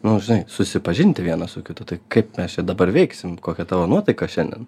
nu žinai susipažinti vienas su kitu tai kaip mes čia dabar veiksim kokia tavo nuotaika šiandien